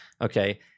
Okay